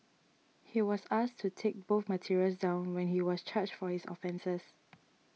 he was asked to take both materials down when he was charged for his offences